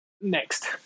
next